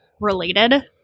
related